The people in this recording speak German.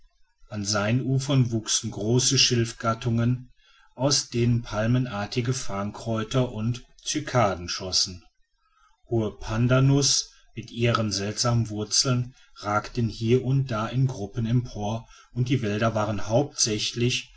an seinen ufern wuchsen große schilfgattungen aus denen palmenartige farrnkräuter und cycadeen schossen hohe pandanus mit ihren seltsamen wurzeln ragten hier und da in gruppen empor und die wälder waren hauptsächlich